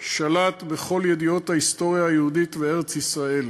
שלט בכל ידיעות ההיסטוריה היהודית וארץ-ישראל,